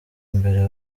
mbere